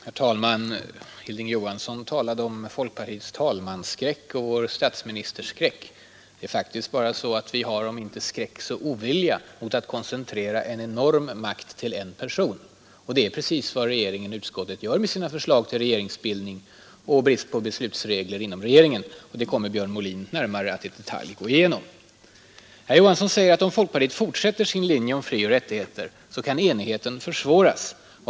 Herr talman! Hilding Johansson talade om folkpartiets talmansskräck och statsministerskräck. Vi har inte någon skräck för men väl ovilja mot att koncentrera en enorm makt till en person. Och det är precis vad regeringen och utskottet gör i sina förslag till regeringsbildning och brist på beslutsregler inom regeringen. Den saken kommer Björn Molin senare att gå igenom mera i detalj. Herr Johansson sade att om folkpartiet fortsätter på sin linje om frioch rättigheter, så kan enigheten försvåras.